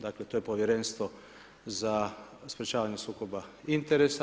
Dakle, to je Povjerenstvo za sprječavanje sukoba interesa.